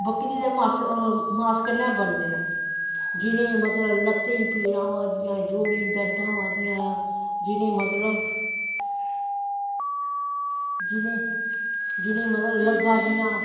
बकरी दे मांस कन्नैं गै बनदे न जिनेंगी मतलव लत्तें गी पीड़ां होआ दियां जोड़ें गी पीड़ां होआ दियां जिनेंगी मतलव जिनेंगी मतलव लग्गा दियां